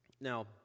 Now